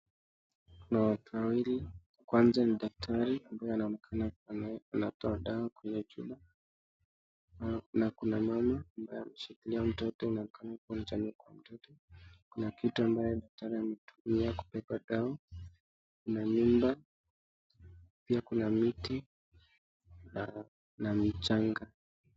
Kuna watu wawili, kwanza ni daktari ambaye anaoenekana anatoa dawa kwenye chupa, na kuna mama ambaye amemshikilia mtoto, kuna kitu daktari anatumia kubeba dawa, kuna miba pia kuna miti na mchanga.